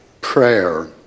prayer